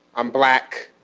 i'm black.